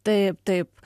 taip taip